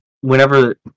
whenever